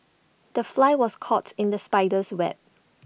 the fly was caught in the spider's web